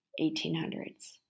1800s